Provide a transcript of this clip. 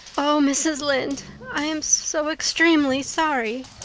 oh, mrs. lynde, i am so extremely sorry,